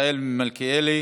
מיכאל מלכיאלי,